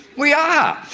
we are.